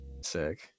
sick